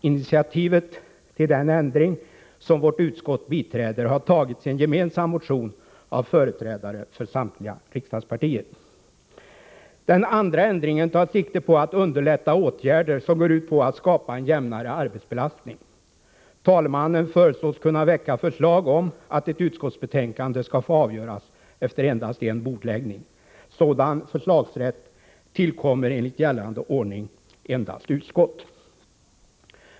Initiativet till den ändring som vårt utskott biträder har tagits i en gemensam motion av Den andra ändringen tar sikte på att underlätta åtgärder som går ut på att skapa en jämnare arbetsbelastning. Talmannen föreslås kunna väcka förslag om att ett utskotts hemställan skall få avgöras efter endast en bordläggning. Sådan förslagsrätt tillkommer enligt gällande ordning endast utskott.